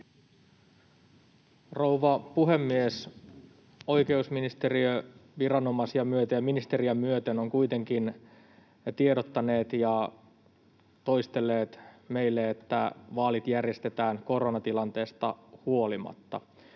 Rouva puhemies! Oikeusministeriö viranomaisia myöten ja ministeriä myöten on kuitenkin tiedottanut ja toistellut meille, että vaalit järjestetään koronatilanteesta huolimatta.